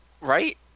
Right